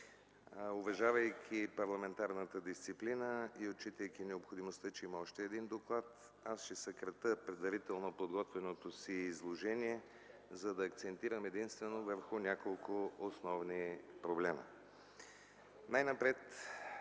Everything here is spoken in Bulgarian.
Уважавайки парламентарната дисциплина и отчитайки необходимостта, че има още един доклад, аз ще съкратя предварително подготвеното си изложение, за да акцентирам единствено върху няколко основни проблема.